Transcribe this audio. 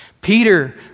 Peter